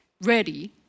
ready